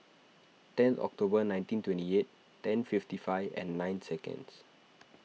ten October nineteen twenty eight ten fifty five nine seconds